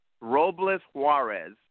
Robles-Juarez